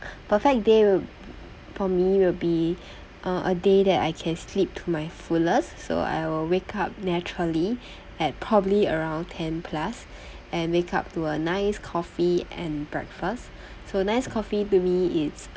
perfect day wi~ for me will be uh a day that I can sleep to my fullest so I will wake up naturally at probably around ten plus and wake up to a nice coffee and breakfast so nice coffee to me it's